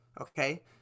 okay